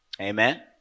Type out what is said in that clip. Amen